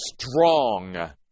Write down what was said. strong